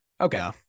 Okay